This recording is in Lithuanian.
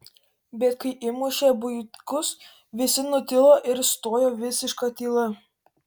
bet kai įmušė buitkus visi nutilo ir stojo visiška tyla